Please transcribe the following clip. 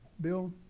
Bill